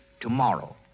tomorrow